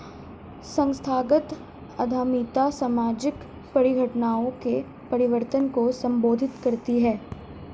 संस्थागत उद्यमिता सामाजिक परिघटनाओं के परिवर्तन को संबोधित करती है